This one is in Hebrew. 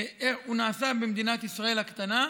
הוא נעשה במדינת ישראל הקטנה.